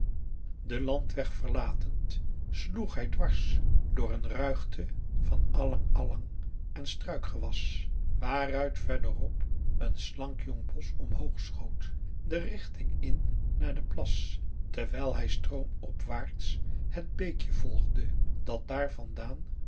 den landweg verlatend sloeg hij dwars door een ruigte van alang-alang en struikgewas waaruit verderop een slank jong bosch omhoog schoot de richting in naar den plas terwijl hij stroomopwaarts het beekje volgde dat daarvandaan